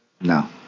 no